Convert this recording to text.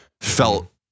felt